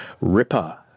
Ripper